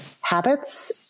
habits